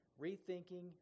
rethinking